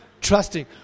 trusting